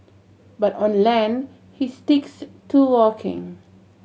but on land he sticks to walking